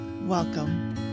Welcome